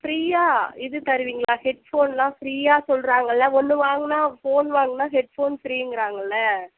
ஃபிரீயாக இது தருவீங்களா ஹெட் ஃபோனெலாம் ஃபிரீயாக சொல்கிறாங்கல்ல ஒன்று வாங்கினா ஃபோன் வாங்கினா ஹெட் ஃபோன் ஃபிரீங்கிறாங்கல்ல